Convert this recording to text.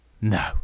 No